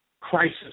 crisis